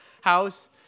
house